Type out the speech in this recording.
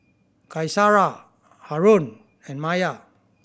Qaisara Haron and Maya